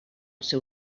seu